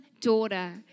daughter